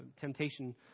temptation